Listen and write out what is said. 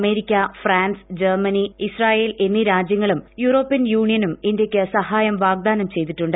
America France Germany Israel എന്നീ രാജ്യങ്ങളും European യൂണിയനും ഇന്ത്യയ്ക്ക് സ്ഹായം വാഗ്ദാനം ചെയ്തിട്ടുണ്ട്